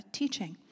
teaching